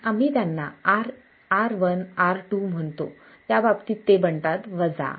आम्ही त्यांना R1 R2 म्हणतो त्याबाबतीत ते बनतात R2 R1